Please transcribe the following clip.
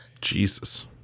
Jesus